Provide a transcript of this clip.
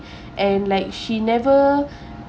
and like she never